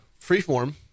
Freeform